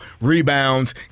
rebounds